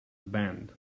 band